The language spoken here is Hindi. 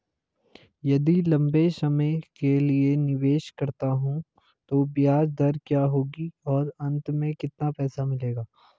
यदि लंबे समय के लिए निवेश करता हूँ तो ब्याज दर क्या होगी और अंत में कितना पैसा मिलेगा?